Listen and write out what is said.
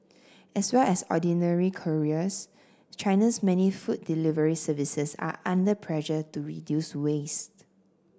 as well as ordinary couriers China's many food delivery services are under pressure to reduce waste